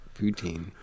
Poutine